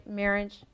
marriage